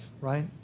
right